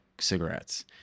cigarettes